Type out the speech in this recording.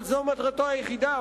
אבל זו מטרתו היחידה,